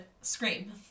Scream